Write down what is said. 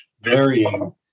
varying